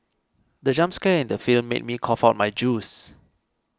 the jump scare in the film made me cough out my juice